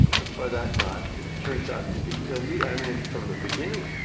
but by that time, it turns out to be like i mean, from the beginning,